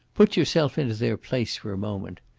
put yourself into their place for a moment.